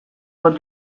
bat